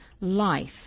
life